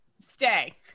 Stay